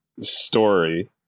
story